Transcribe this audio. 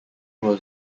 was